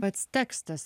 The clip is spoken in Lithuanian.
pats tekstas